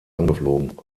angeflogen